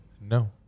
No